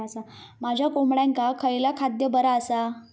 माझ्या कोंबड्यांका खयला खाद्य बरा आसा?